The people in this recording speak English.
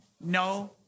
No